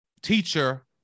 Teacher